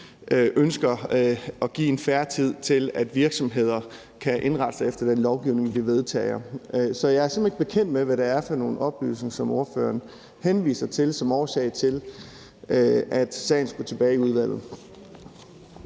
en fair tidsfrist til at kunne indrette sig efter den lovgivning, vi vedtager. Så jeg er simpelt hen ikke bekendt med, hvad det er for nogle oplysninger, som ordføreren henviser til som årsag til, at sagen skulle tilbage i udvalget.